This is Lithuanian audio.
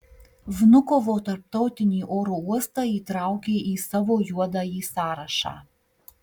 vnukovo tarptautinį oro uostą įtraukė į savo juodąjį sąrašą